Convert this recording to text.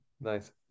Nice